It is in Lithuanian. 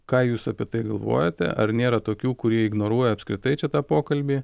ką jūs apie tai galvojate ar nėra tokių kurie ignoruoja apskritai čia tą pokalbį